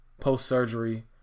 post-surgery